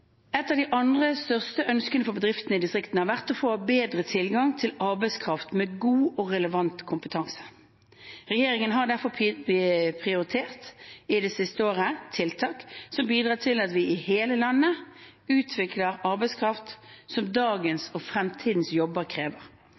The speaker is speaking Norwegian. Et av de andre største ønskene fra bedriftene i distriktene har vært å få bedre tilgang til arbeidskraft med god og relevant kompetanse. Regjeringen har derfor i det siste året prioritert tiltak som bidrar til at vi i hele landet utvikler arbeidskraft som dagens og fremtidens jobber krever.